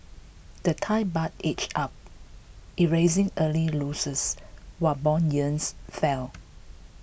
the Thai Baht edged up erasing early losses while bond yields fell